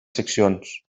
seccions